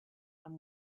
and